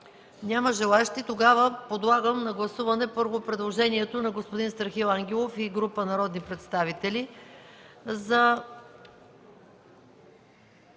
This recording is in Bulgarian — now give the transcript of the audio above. Няма желаещи. Подлагам на гласуване първо предложението на господин Страхил Ангелов и група народни представители част